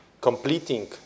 completing